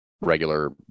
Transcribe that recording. regular